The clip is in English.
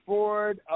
Ford